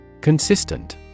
Consistent